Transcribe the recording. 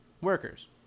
workers